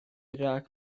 rhag